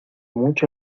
mucho